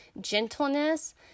gentleness